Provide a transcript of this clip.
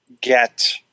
get